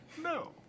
No